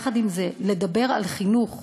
יחד עם זה, לדבר על חינוך